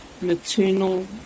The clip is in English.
maternal